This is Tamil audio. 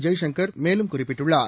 ஜெய்சங்கர் மேலும் குறிப்பிட்டுள்ளார்